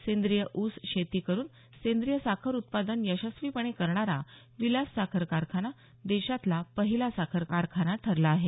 सेद्रिंय ऊस शेती करून सेद्रिंय साखर उत्पादन यशस्वीपणे करणारा विलास साखर कारखाना देशातला पहिला साखर कारखाना ठरला आहे